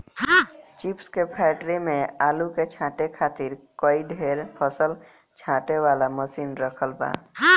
chips के factory में आलू के छांटे खातिर कई ठे फसल छांटे वाला मशीन रखल बा